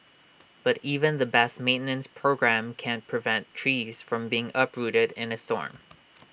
but even the best maintenance programme can't prevent trees from being uprooted in A storm